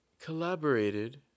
collaborated